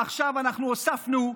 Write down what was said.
עכשיו אנחנו הוספנו,